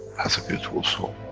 has a beautiful soul,